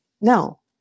no